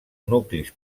nuclis